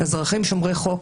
אזרחים שומרי חוק.